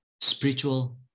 spiritual